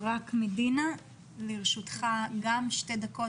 לרשותך שתי דקות